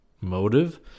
motive